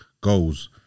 goals